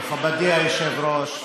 מכובדי היושב-ראש,